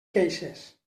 queixes